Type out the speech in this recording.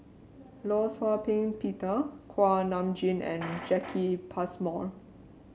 Law Shau Ping Peter Kuak Nam Jin and Jacki Passmore